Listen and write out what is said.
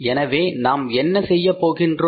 எனவே நாம் என்ன செய்யப் போகின்றோம்